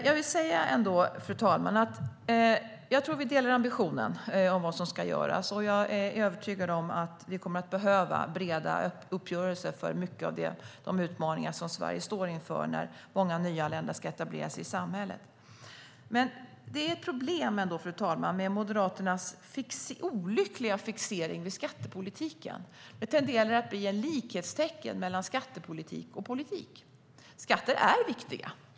Fru talman! Jag tror att vi delar ambitionen om vad som ska göras, och jag är övertygad om att vi kommer att behöva breda uppgörelser för många av de utmaningar som Sverige står inför, när många nyanlända ska etableras i samhället. Men det är ändå, fru talman, ett problem med Moderaternas olyckliga fixering vid skattepolitiken. Det tenderar att bli ett likhetstecken mellan skattepolitik och politik. Skatter är viktiga.